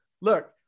Look